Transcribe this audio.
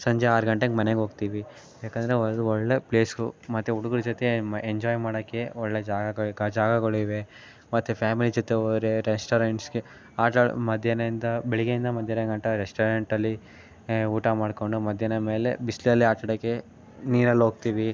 ಸಂಜೆ ಆರು ಗಂಟೆಗೆ ಮನೆಗೋಗ್ತೀವಿ ಯಾಕೆಂದರೆ ಹೋದ ಒಳ್ಳೆಯ ಪ್ಲೇಸು ಮತ್ತು ಹುಡುಗ್ರ ಜೊತೆ ಎ ಮ ಎಂಜೋಯ್ ಮಾಡೋಕ್ಕೆ ಒಳ್ಳೆಯ ಜಾಗಗಳು ಕಾ ಜಾಗಗಳಿವೆ ಮತ್ತು ಫ್ಯಾಮಿಲಿ ಜೊತೆ ಹೋದ್ರೆ ರೆಸ್ಟೋರೆಂಟ್ಸಿಗೆ ಆಟಾಡಿ ಮಧ್ಯಾಹ್ನದಿಂದ ಬೆಳಿಗ್ಗೆಯಿಂದ ಮಧ್ಯಾಹ್ನಗಂಟ ರೆಸ್ಟೋರೆಂಟಲ್ಲಿ ಹೇ ಊಟ ಮಾಡಿಕೊಂಡು ಮಧ್ಯಾಹ್ನ ಮೇಲೆ ಬಿಸಿಲಲ್ಲಿ ಆಟಾಡೋಕ್ಕೆ ನೀರಲ್ಲೋಗ್ತೀವಿ